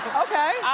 okay.